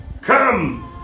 Come